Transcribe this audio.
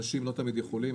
אנשים לא תמיד יכולים,